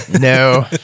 No